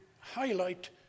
highlight